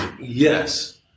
yes